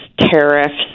tariffs